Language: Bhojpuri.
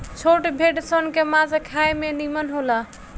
छोट भेड़ सन के मांस खाए में निमन होला